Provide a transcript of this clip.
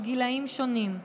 בגילאים שונים,